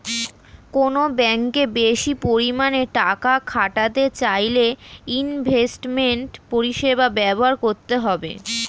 কোনো ব্যাঙ্কে বেশি পরিমাণে টাকা খাটাতে চাইলে ইনভেস্টমেন্ট পরিষেবা ব্যবহার করতে হবে